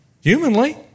humanly